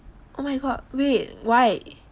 oh my god wait why